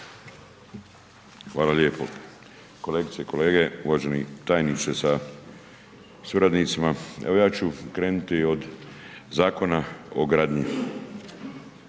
Hvala lijepo. Kolegice i kolege, uvaženi tajniče sa suradnicima, evo ja ću krenuti od Zakona o gradnji.